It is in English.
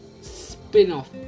spin-off